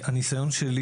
מהניסיון שלי